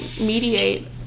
mediate